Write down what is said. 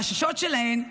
החששות שלהן,